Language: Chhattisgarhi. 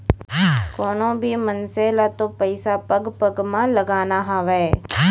कोनों भी मनसे ल तो पइसा पग पग म लगाना हावय